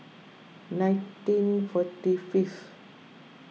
nineteen forty fifth